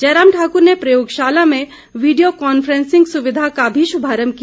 जयराम ठाकुर ने प्रयोगशाला में वीडियो कॉन्फ्रेंसिंग सुविधा का भी शुभारंभ किया